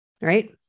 right